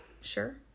sure